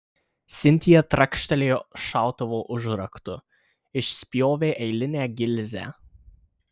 sintija trakštelėjo šautuvo užraktu išspjovė eilinę gilzę